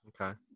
Okay